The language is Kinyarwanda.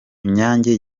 inyange